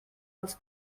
dels